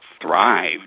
thrived